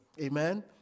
Amen